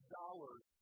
dollars